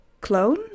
clone